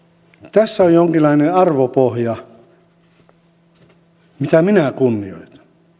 tässä on jonkinlainen arvopohja mitä minä kunnioitan